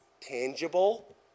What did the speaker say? tangible